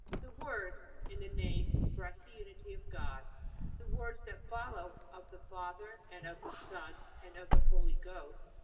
the words, in the name, express the unity of god the words that follow, of the father, and of the son, and of the holy ghost,